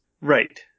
Right